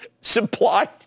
Supply